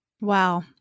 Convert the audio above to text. Wow